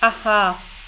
اَہا